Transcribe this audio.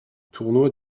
tournoi